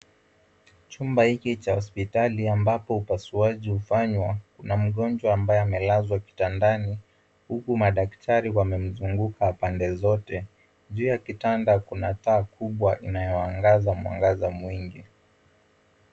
Chumba hiki cha hospitali ambapo upasuaji hufanywa na mgonjwa amelazwa Kitandani huku madaktari wamemzunguka pande zote. Juu ya kitanda kuna taa kubwa inayoangaza mwangaza mwingi.